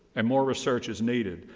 and more research is needed,